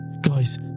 Guys